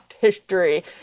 history